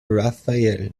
raphael